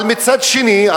אבל מצד שני,